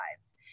lives